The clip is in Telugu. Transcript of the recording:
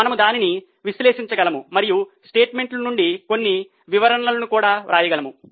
మనము దానిని విశ్లేషించగలము మరియు స్టేట్మెంట్ నుండి కొన్ని వివరణలను వ్రాయగలము